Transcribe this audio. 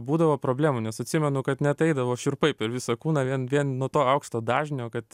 būdavo problemų nes atsimenu kad net eidavo šiurpai per visą kūną vien vien nuo to aukšto dažnio kad